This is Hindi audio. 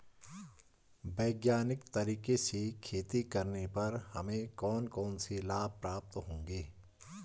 वैज्ञानिक तरीके से खेती करने पर हमें कौन कौन से लाभ प्राप्त होंगे?